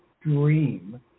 dream